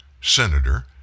senator